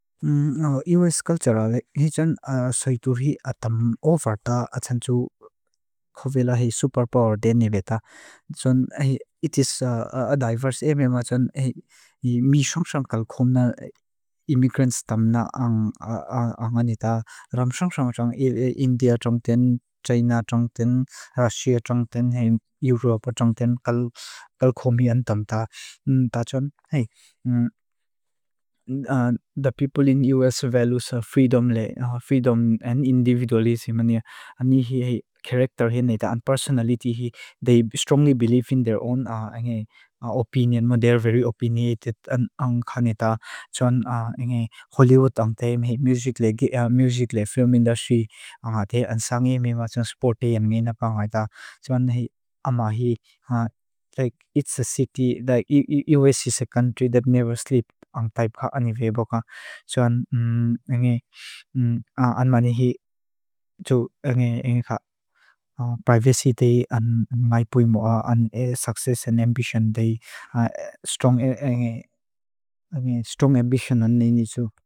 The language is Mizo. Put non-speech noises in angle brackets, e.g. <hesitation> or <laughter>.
<hesitation> U.S. culture ali, hi jan saituri atam ofarta achanchu khuvela hi super power deni leita. Chun hi, it is a <hesitation> diverse eme ma chun hi mi shong shong kal khomna immigrants tam na <hesitation> angani ta. Ram shong shong shong, India chong ten, China chong ten, Russia chong ten, hi Europe chong ten, kal khomi antam ta. Ta chun, hi, <hesitation> the people in U.S. values freedom and individualism, ani hi character hei neita, and personality hei, they strongly believe in their own <hesitation> opinion, and they are very opinionated, angani ta. Chun, <hesitation> hollywood antem, hi <hesitation> music le film industry, an sanghe mi ma chung sporte yang neina ka ngay ta. Chun, hi, it is a city, like U.S. is a country that never sleeps, type ka, ani vebo ka. Chuan, <hesitation> angani, anmani hi, chung, angani ka, <hesitation> privacy dey, <hesitation> ang ngay puimua, ang success and ambition dey, <hesitation> strong, angani, strong ambition anini chung.